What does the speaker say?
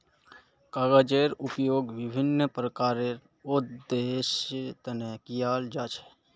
कागजेर उपयोग विभिन्न प्रकारेर उद्देश्येर तने कियाल जा छे